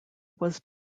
was